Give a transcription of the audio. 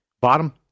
Bottom